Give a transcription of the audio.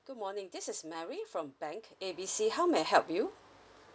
good morning this is mary from bank A B C how may I help you